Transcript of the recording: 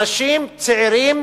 אנשים צעירים,